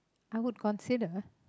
I would consider